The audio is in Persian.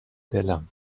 دلم